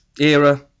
era